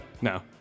No